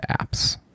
apps